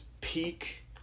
peak